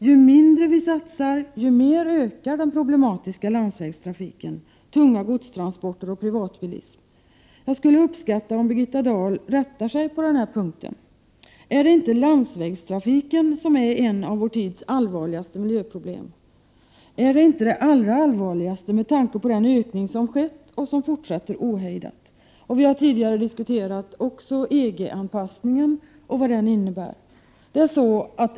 Ju mindre vi satsar, desto mer ökar den problematiska landsvägstrafiken — tunga godstransporter och privatbilism. Jag skulle uppskatta om Birgitta Dahl rättade sig på den punkten: Är det inte landsvägstrafiken som är ett av vår tids allvarligaste miljöproblem? Är den inte det allra allvarligaste, med tanke på den ökning som skett och som fortsätter ohejdat? Vi har tidigare också diskuterat EG-anpassningen och vad den innebär.